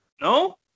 No